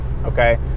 Okay